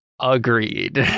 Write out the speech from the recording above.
Agreed